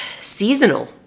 seasonal